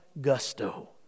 gusto